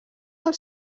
del